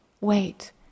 wait